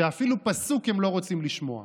שאפילו פסוק הם לא רוצים לשמוע.